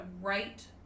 right